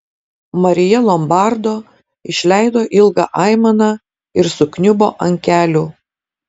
marija lombardo išleido ilgą aimaną ir sukniubo ant kelių